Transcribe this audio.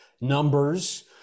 Numbers